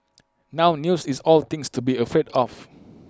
now news is all things to be afraid of